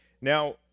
Now